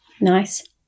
Nice